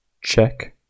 Check